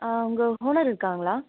ஆ உங்கள் ஓனர் இருக்காங்களா